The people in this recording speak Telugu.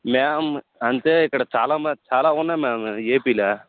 మేమ్ అంటే ఇక్కడ చాలా మ చాలా ఉన్నాయి మ్యామ్ ఏపిలో